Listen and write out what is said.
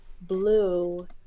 blue